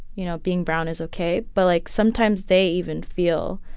you know, being brown is ok. but, like, sometimes they even feel